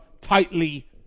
tightly